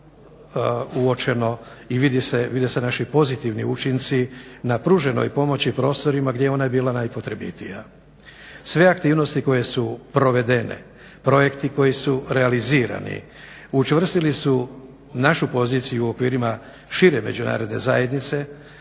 uočeno i vide se naši pozitivni učinci na pruženoj pomoći prostorima gdje je ona bila najpotrebitija. Sve aktivnosti koje su provedene, projekti koji su realizirani učvrstili su našu poziciju u okvirima šire međunarodne zajednice